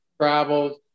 traveled